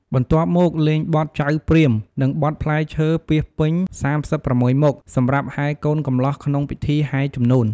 បន្ទាប់មក លេងបទចៅព្រាហ្មណ៍ និងបទផ្លែឈើពាសពេញ៣៦មុខ សម្រាប់ហែរកូនកំលោះក្នុងពិធីហែរជំនូន។